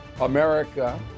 America